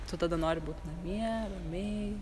tu tada nori būt namie ramiai